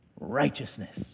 righteousness